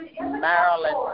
Maryland